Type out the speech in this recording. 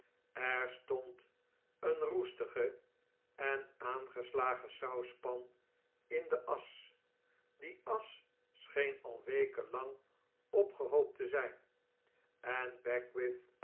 er stond een roestige en aangeslagen sauspan in de asch die asch scheen al weken lang opgehoopt te zyn en beckwith